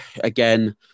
again